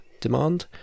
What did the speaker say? demand